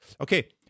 Okay